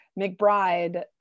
McBride